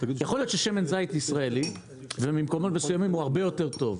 יכול להיות ששמן זית ישראל וממקומות מסוימים הוא הרבה יותר טוב,